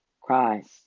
Christ